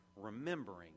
remembering